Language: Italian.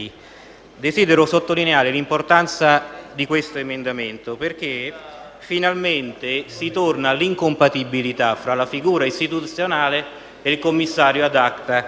desidero sottolineare l'importanza di questo emendamento, perché finalmente si torna all'incompatibilità tra una figura istituzionale e il commissario *ad acta*